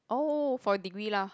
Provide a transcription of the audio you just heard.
oh for degree lah